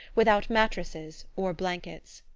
without mattresses or blankets.